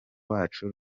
wacu